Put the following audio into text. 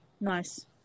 nice